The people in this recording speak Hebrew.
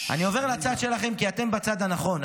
אני עובר לצד שלכם כי אתם בצד הנכון.